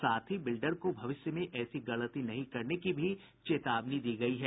साथ ही बिल्डर को भविष्य में ऐसी गलती नहीं करने की भी चेतावनी दी गयी है